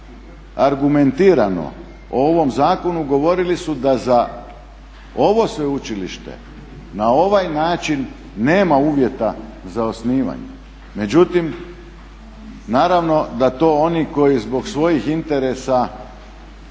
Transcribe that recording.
argumentirano o ovom zakonu, govorili su da za ovo sveučilište na ovaj način nema uvjeta za osnivanje. Međutim, naravno da to oni koji zbog svojih interesa